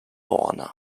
warner